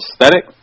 aesthetic